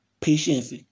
patience